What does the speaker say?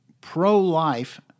pro-life